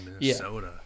Minnesota